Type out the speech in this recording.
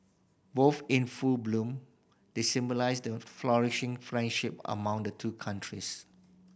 both in full bloom they symbolise the flourishing friendship among the two countries